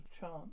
chance